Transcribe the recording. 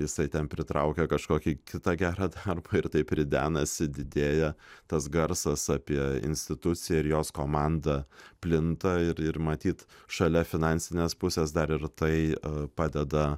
jisai ten pritraukia kažkokį kitą gerą darbą ir taip ridenasi didėja tas garsas apie instituciją ir jos komandą plinta ir ir matyt šalia finansinės pusės dar ir tai padeda